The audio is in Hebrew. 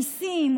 מיסים,